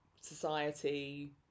society